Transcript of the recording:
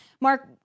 Mark